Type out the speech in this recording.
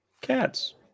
Cats